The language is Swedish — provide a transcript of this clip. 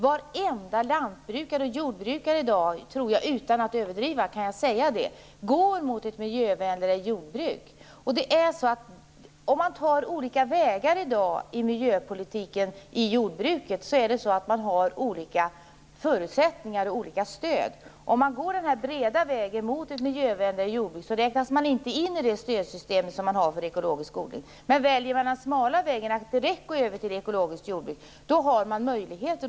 Varenda lantbrukare/jordbrukare går - tror jag, utan att överdriva - mot ett miljövänligare jordbruk. Det finns ju olika vägar i dag i miljöpolitiken på jordbrukets område, liksom olika förutsättningar och olika stöd. Om man går den breda vägen mot ett miljövänligare jordbruk räknas man inte in i det stödsystem som finns för ekologisk odling. Väljer man däremot den smala vägen och direkt går över till ekologiskt jordbruk har man möjligheter.